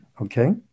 okay